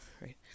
right